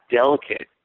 delicate